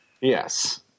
Yes